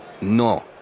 No